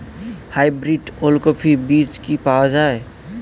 Hybrid ওলকফি বীজ কি পাওয়া য়ায়?